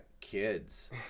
kids